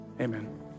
amen